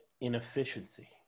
inefficiency